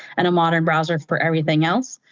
and a modern browser for everything else.